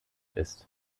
ist